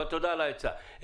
אבל תודה על העצה.